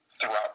throughout